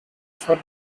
for